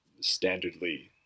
standardly